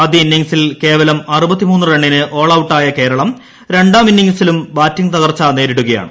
ആദ്യ ഇന്നിംഗ്സിൽ കേവലം ദേ റണ്ണിന് ഓൾ ഔട്ടായ കേരളം രണ്ടാം ഇന്നിംഗ്സിലും ബാറ്റിംഗ് തകർച്ച നേരിടുകയാണ്